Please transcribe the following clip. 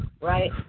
Right